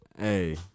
Hey